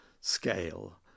scale